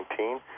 2019